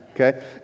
Okay